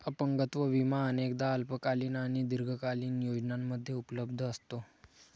अपंगत्व विमा अनेकदा अल्पकालीन आणि दीर्घकालीन योजनांमध्ये उपलब्ध असतो